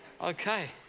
Okay